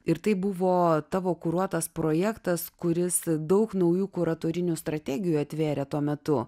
ir tai buvo tavo kuruotas projektas kuris daug naujų kuratorinių strategijų atvėrė tuo metu